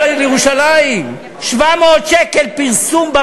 רישום הנישואים עלה 300 שקל, אומר לו